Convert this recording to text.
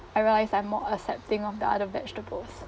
I realise I'm more accepting of the other vegetables